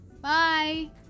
Bye